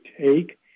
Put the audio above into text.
take